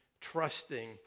trusting